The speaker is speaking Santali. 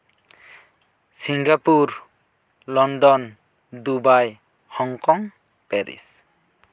Singapore London Dubai Hong Kong Paris